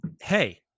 hey